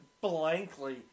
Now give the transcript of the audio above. blankly